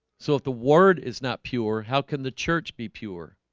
so if the word is not pure how can the church be pure